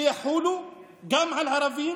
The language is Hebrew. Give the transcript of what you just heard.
שיחולו גם ערבים